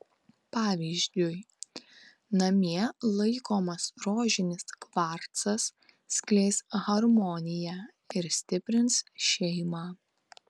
pavyzdžiui namie laikomas rožinis kvarcas skleis harmoniją ir stiprins šeimą